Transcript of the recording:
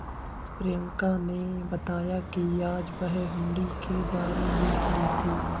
प्रियंका ने बताया कि आज वह हुंडी के बारे में पढ़ी थी